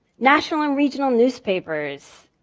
national and regional newspapers.